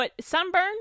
Sunburn